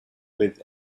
with